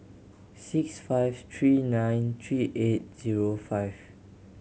six five three nine three eight zero five